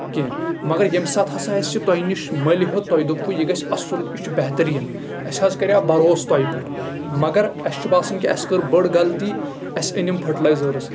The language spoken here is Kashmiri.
کیٚنٛہہ مَگر ییٚمہِ ساتہٕ ہسا اَسہِ یہِ تۄہہ نِش مٔلۍ ہیوٚت تۄہہ دوٚپوٕ یہِ گژھِ اَصٕل یہِ چھُ بہتریٖن اَسہِ حظ کَرو بَروسہٕ تۄہہِ پٮ۪ٹھ مَگر اَسہِ چھُ باسان کہِ اَسہِ کٔر بٔڑ غلطی اَسہِ أنۍ یِم فٔٹلایزٲرٕس